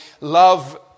Love